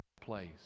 place